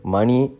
Money